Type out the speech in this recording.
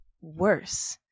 worse